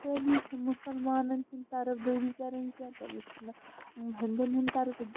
خٲلی مُسلمانَن ہنٛدۍ طرف دٲری کَرٕنۍ کیٚنٛہہ تٔمِس چھُنہٕ ٲں ہندیٚن ہنٛد طرف تٔمِس چھُ